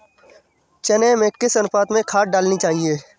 चने में किस अनुपात में खाद डालनी चाहिए?